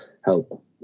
help